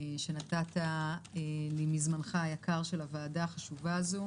שנתת מן הזמן היקר של הוועדה החשובה הזו.